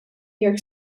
york